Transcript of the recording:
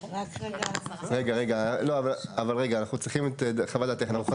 אבל רגע, אנחנו צריכים את חוות דעתך.